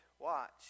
Watch